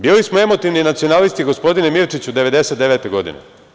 Bili smo emotivni nacionalisti gospodine Mirčiću, 1999. godine.